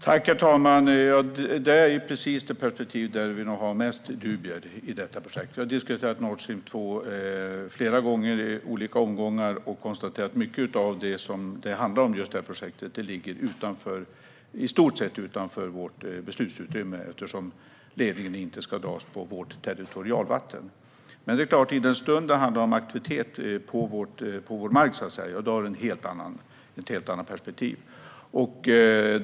Herr talman! Det är precis detta perspektiv som vi har störst dubier om i detta projekt. Vi har diskuterat Nord Stream 2 flera gånger i olika omgångar och konstaterat att många av de saker som projektet handlar om i stort sett ligger utanför vårt beslutsutrymme, eftersom ledningen inte ska dras på vårt territorialvatten. Men i den stund det handlar om aktivitet på vår mark blir det ett helt annat perspektiv.